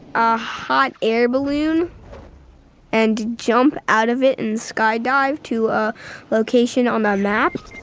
a hot air balloon and jump out of it and sky dive to a location on a map.